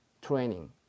training